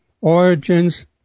origins